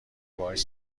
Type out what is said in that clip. باهاش